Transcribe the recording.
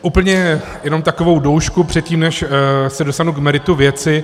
Úplně jenom takovou doušku předtím, než se dostanu k meritu věci.